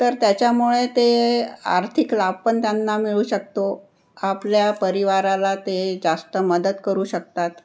तर त्याच्यामुळे ते आर्थिक लाभ पण त्यांना मिळू शकतो आपल्या परिवाराला ते जास्त मदत करू शकतात